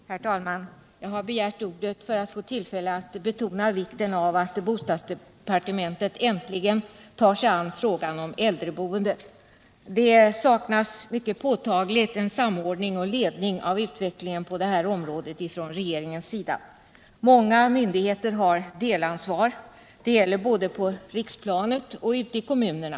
Herr talman! Jag har begärt ordet för att få tillfälle att betona vikten av att bostadsdepartementet äntligen tar sig an frågan om äldreboendet. Det saknas mycket påtagligt en samordning och ledning av utvecklingen på detta område från regeringens sida. Många myndigheter har delansvar — det gäller både på riksplanet och ute i kommunerna.